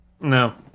No